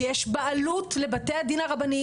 שיש בעלות לבתי הדין הרבניים,